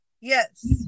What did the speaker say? Yes